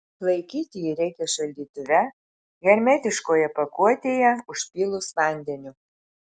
laikyti jį reikia šaldytuve hermetiškoje pakuotėje užpylus vandeniu